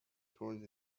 toward